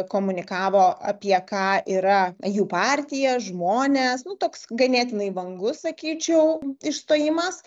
komunikavo apie ką yra jų partija žmonės nu toks ganėtinai vangus sakyčiau išstojimas